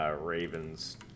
Ravens